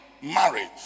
marriage